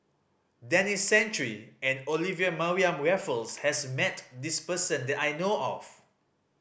Denis Santry and Olivia Mariamne Raffles has met this person that I know of